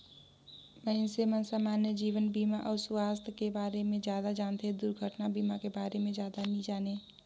मइनसे मन समान्य जीवन बीमा अउ सुवास्थ के बारे मे जादा जानथें, दुरघटना बीमा के बारे मे जादा नी जानें